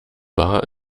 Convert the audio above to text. war